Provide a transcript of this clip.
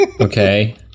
Okay